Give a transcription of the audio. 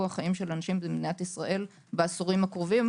החיים של אנשים במדינת ישראל בעשורים הקרובים.